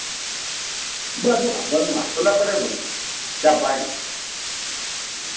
ᱵᱟᱹᱱᱩᱜᱼᱟ ᱵᱟᱹᱱᱩᱜᱼᱟ ᱴᱚᱞᱟ ᱯᱟᱲᱟᱨᱮ ᱵᱟᱹᱱᱩᱜᱼᱟ ᱪᱟᱵᱟᱭᱮᱱᱟ ᱦᱮᱸ